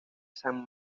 san